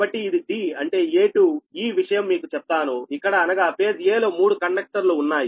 కాబట్టి ఇది d అంటే a2 ఈ విషయం మీకు చెప్తాను ఇక్కడ అనగా ఫేజ్ a లో మూడు కండక్టర్ లు ఉన్నాయి